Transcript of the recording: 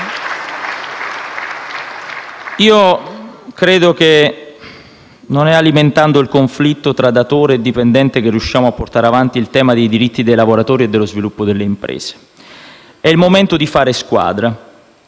Credo che non sia alimentando il conflitto tra datore e dipendente che riusciremo a portare avanti il tema dei diritti dei lavoratori e dello sviluppo delle imprese. È il momento di fare squadra.